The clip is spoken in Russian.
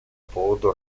поводу